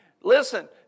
Listen